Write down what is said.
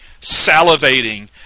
salivating